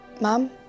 Mom